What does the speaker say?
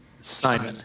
Simon